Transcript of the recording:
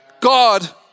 God